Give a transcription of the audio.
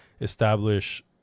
establish